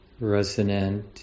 resonant